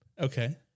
Okay